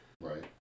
Right